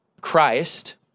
Christ